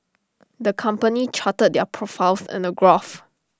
the company charted their profits in A graph